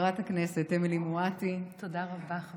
חברת הכנסת אמילי מואטי, תודה רבה.